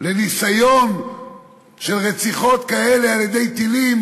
לניסיון של רציחות כאלה על-ידי טילים